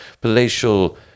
palatial